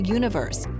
universe